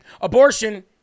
abortion